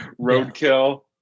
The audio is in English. roadkill